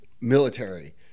military